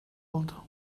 oldu